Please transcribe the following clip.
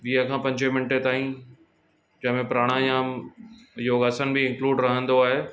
वीह खां पंजवीह मिंटे ताईं जंहिंमें प्राणायाम योगासन बि इंक्लूड रहंदो आहे